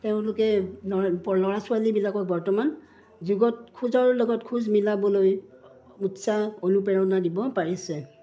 তেওঁলোকে ল'ৰা ল'ৰা ছোৱালীবিলাকক বৰ্তমান যুগত খোজৰ লগত খোজ মিলাবলৈ উৎসাহ অনুপ্ৰেৰণা দিব পাৰিছে